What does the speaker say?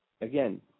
again